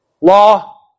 Law